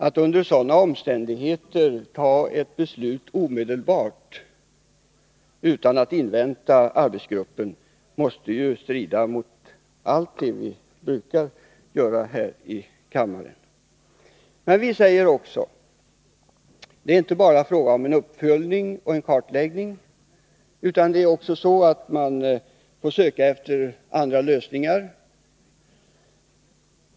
Att under sådana omständigheter ta ett beslut omedelbart, utan att invänta arbetsgruppens arbete, måste strida mot de principer vi har här i kammaren. Utskottet säger också att det inte bara är fråga om en uppföljning och en kartläggning, utan man måste också söka efter andra lösningar.